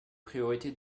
priorités